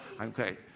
Okay